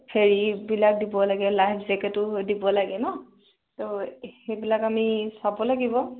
হেৰিবিলাক দিব লাগে লাইফ জেকেটো দিব লাগে ন' তো সেইবিলাক আমি চাব লাগিব